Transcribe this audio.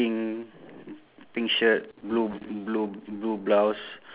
th~ th~ there's a box is there a box